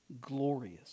glorious